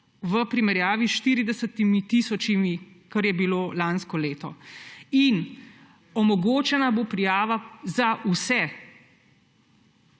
v primerjavi s 40 tisočimi, kar je bilo lansko leto. In omogočena bo prijava za vse.